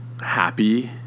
happy